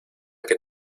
que